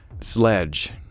sledge